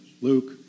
Luke